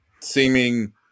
seeming